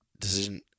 decision